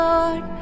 Lord